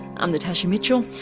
i'm natasha mitchell,